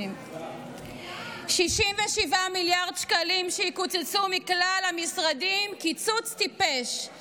67 מיליארד שקלים יקוצצו מכלל המשרדים קיצוץ טיפש,